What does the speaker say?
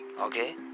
Okay